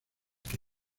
que